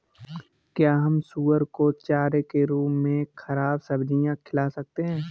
क्या हम सुअर को चारे के रूप में ख़राब सब्जियां खिला सकते हैं?